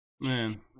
Man